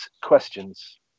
questions